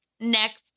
next